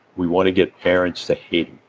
we want to get parents to hate